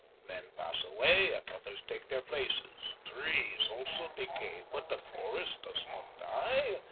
men pass away, and others take their places. trees also decay, but the forest does not die,